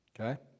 Okay